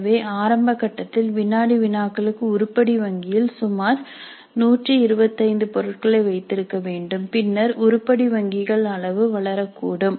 எனவே ஆரம்ப கட்டத்தில் வினாடி வினாக்களுக்கு உருப்படி வங்கியில் சுமார் 125 பொருட்களை வைத்திருக்க வேண்டும் பின்னர் உருப்படி வங்கிகள் அளவு வளரக்கூடும்